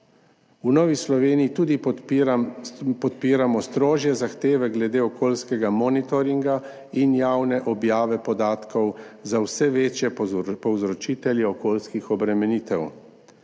V Novi Sloveniji tudi podpiramo strožje zahteve glede okoljskega monitoringa in javne objave podatkov za vse večje povzročitelje okoljskih obremenitev.